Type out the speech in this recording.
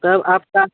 सब आपका